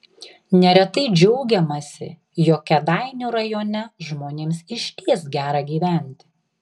neretai džiaugiamasi jog kėdainių rajone žmonėms išties gera gyventi